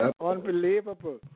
Unbelievable